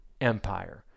empire